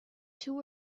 two